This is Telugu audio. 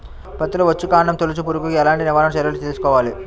పత్తిలో వచ్చుకాండం తొలుచు పురుగుకి ఎలాంటి నివారణ చర్యలు తీసుకోవాలి?